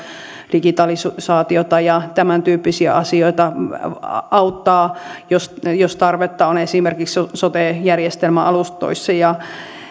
digitalisaatiota ja tämäntyyppisiä asioita ja auttaa jos tarvetta on esimerkiksi sote järjestelmän alustoissa